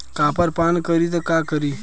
Copper पान करी त का करी?